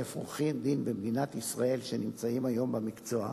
עורכי-הדין במדינת ישראל שנמצאים היום במקצוע,